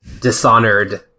dishonored